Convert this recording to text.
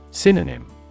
Synonym